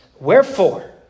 Wherefore